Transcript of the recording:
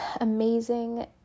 amazing